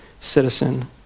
citizen